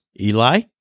Eli